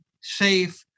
safe